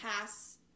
pass